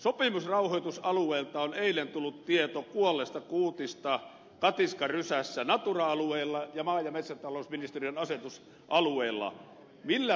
sopimusrauhoitusalueelta on eilen tullut tieto kuolleesta kuutista katiskarysässä natura alueella ja maa ja metsätalousministeriön asetusalueella